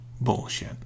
bullshit